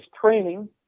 training